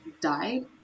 died